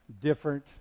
Different